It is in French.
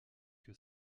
que